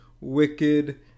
wicked